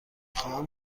خواهم